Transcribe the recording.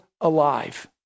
alive